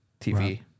TV